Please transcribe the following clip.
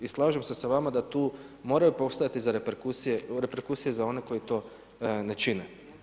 I slažem se sa vama da tu moraju postojati reperkusije za one koji to ne čine.